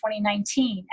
2019